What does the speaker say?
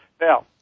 Now